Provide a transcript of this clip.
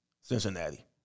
Cincinnati